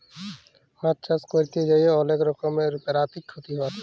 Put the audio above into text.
মাছ চাষ ক্যরতে যাঁয়ে অলেক রকমের পেরাকিতিক ক্ষতি পারে